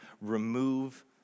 Remove